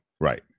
Right